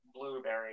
blueberry